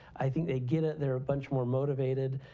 i think they get it, they're a bunch more motivated.